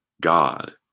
God